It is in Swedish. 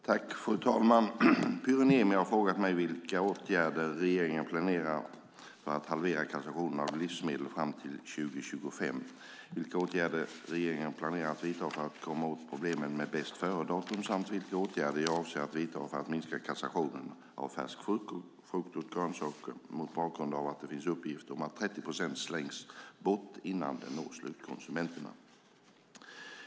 Fru talman! Pyry Niemi har frågat mig vilka åtgärder regeringen planerar för att halvera kassationen av livsmedel fram till 2025, vilka åtgärder regeringen planerar att vidta för att komma åt problemen med bästföredatum samt vilka åtgärder jag avser att vidta för att minska kassationen av färsk frukt och grönsaker mot bakgrund av att det finns uppgifter om att 30 procent slängs bort innan det når slutkonsumenterna.